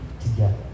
together